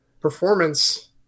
performance